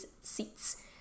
seats